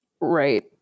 Right